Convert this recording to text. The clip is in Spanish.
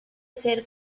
ser